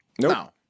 No